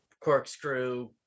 corkscrew